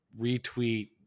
retweet